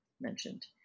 mentioned